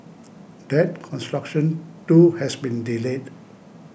that construction too has been delayed